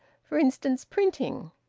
for instance, printing!